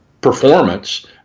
performance